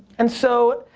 and so,